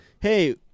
Hey